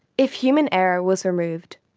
if human error was removed,